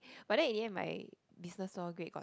but then in the end my business law grade got